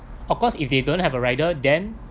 of course if they don't have a rider then